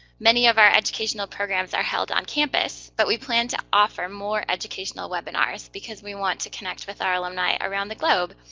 many of our educational programs are held on campus, but we plan to offer more educational webinars because we want to connect with our alumni around the globe.